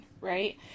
right